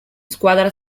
squadra